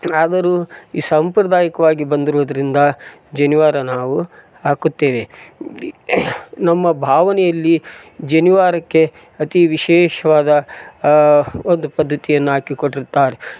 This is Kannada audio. ಆದರೂ ಈ ಸಂಪ್ರದಾಯಕವಾಗಿ ಬಂದಿರುವುದರಿಂದ ಜನಿವಾರ ನಾವು ಹಾಕುತ್ತೇವೆ ನಮ್ಮ ಭಾವನೆಯಲ್ಲಿ ಜನಿವಾರಕ್ಕೆ ಅತೀ ವಿಶೇಷವಾದ ಒಂದು ಪದ್ಧತಿಯನ್ನ ಹಾಕಿಕೊಟ್ಟಿರುತ್ತಾರೆ